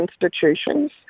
institutions